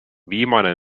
viimane